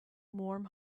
warm